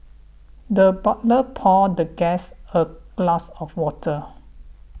the butler poured the guest a glass of water